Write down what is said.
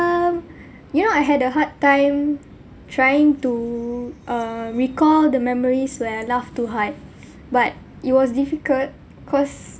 um you know I had a hard time trying to uh recall the memories when I laughed too hard but it was difficult because